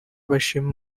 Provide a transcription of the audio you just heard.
bashima